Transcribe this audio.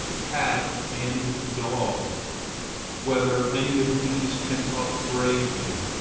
cat, and dog whether any of these can upbraid you.